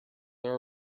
there